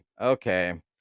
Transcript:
Okay